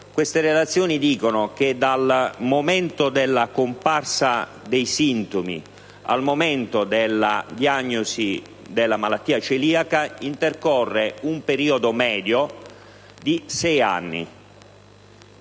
queste relazioni dicono che dal momento della comparsa dei sintomi al momento della diagnosi della malattia celiaca intercorre un periodo medio di sei anni.